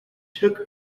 took